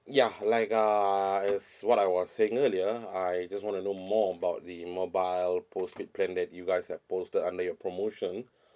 ya like uh is what I was saying earlier I just want to know more about the mobile postpaid plan that you guys have posted under your promotion